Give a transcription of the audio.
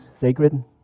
sacred